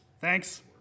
Thanks